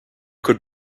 could